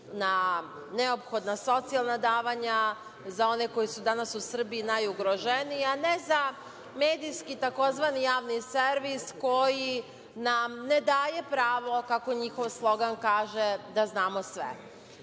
na neophodna socijalna davanja za one koji su danas u Srbiji najugroženiji, a ne za medijski, tzv. javni servis, koji nam ne daje pravo, kako njihov slogan kaže, da znamo